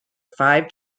five